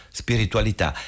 spiritualità